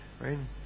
Right